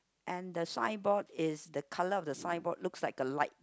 and the signboard is the colour of the signboard looks like a light